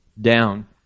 down